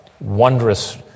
wondrous